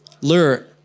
Lure